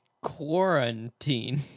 Quarantine